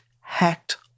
hacked